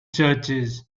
churches